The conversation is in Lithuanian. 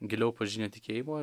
giliau pažinę tikėjimo